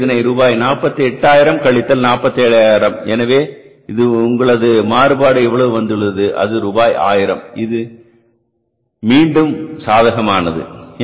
எனவே இதனை ரூபாய் 48000 கழித்தல் ரூபாய் 47000 எனவே உங்களது மாறுபாடு எவ்வளவு வந்துள்ளது அது ரூபாய் 1000 இது மீண்டும் சாதகமானது